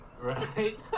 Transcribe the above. right